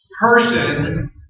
person